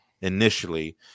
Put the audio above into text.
initially